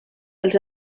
els